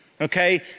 okay